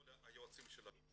כל היועצים שלנו,